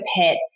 pet